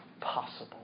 possible